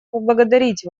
поблагодарить